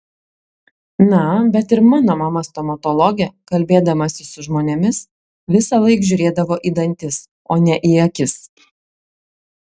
na bet ir mano mama stomatologė kalbėdamasi su žmonėmis visąlaik žiūrėdavo į dantis o ne į akis